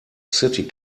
city